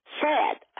sad